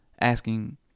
asking